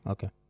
Okay